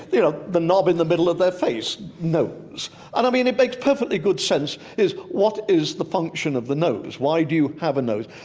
you know the knob in the middle of their face, nose. and i mean, it makes perfectly good sense is what is the function of the nose? why do you have a nose?